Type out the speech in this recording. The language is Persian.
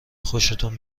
خوشتون